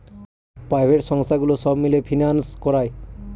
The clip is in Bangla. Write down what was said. প্রাইভেট সংস্থাগুলো সব মিলে ফিন্যান্স করায়